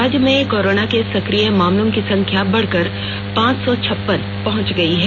राज्य में कोरोना के सक्रिय मामलों की संख्या बढ़कर पांच सौ छप्पन पहेंच गई है